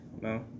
No